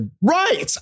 Right